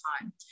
time